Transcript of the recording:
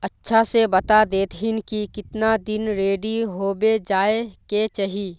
अच्छा से बता देतहिन की कीतना दिन रेडी होबे जाय के चही?